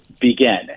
begin